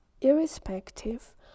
irrespective